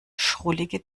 schrullige